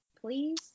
please